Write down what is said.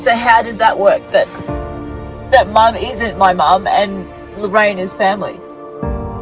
so, how does that work, that that mom isn't my mom and lorraine is family?